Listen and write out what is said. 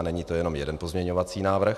Není to jenom jeden pozměňovací návrh.